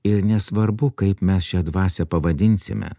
ir nesvarbu kaip mes šią dvasią pavadinsime